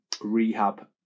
rehab